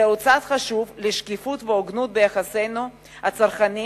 זהו צעד חשוב לשקיפות והוגנות ביחסינו הצרכניים